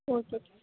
okay